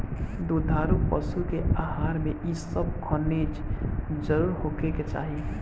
दुधारू पशु के आहार में इ सब खनिज जरुर होखे के चाही